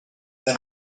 then